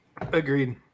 Agreed